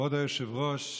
כבוד היושב-ראש,